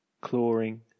clawing